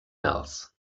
else